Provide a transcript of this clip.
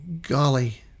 golly